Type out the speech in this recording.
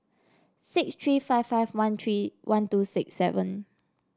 six three five five one three one two six seven